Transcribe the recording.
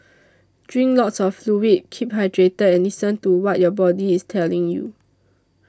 drink lots of fluid keep hydrated and listen to what your body is telling you